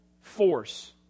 force